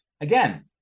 Again